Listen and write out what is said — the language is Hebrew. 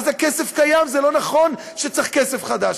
אז הכסף קיים, זה לא נכון שצריך כסף חדש.